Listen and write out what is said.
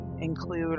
Include